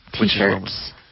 t-shirts